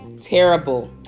Terrible